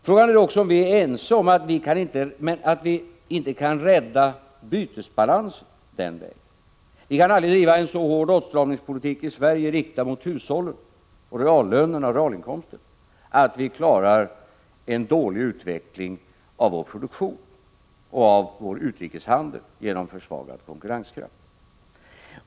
Frågan är då om vi också är ense om att vi inte kan rädda bytesbalansen den vägen. Vi kan i Sverige aldrig driva en så hård åtstramningspolitik riktad mot hushållen och realinkomsterna att vi klarar en dålig utveckling av vår produktion och av vår utrikeshandel genom försvagad konkurrenskraft.